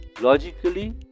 logically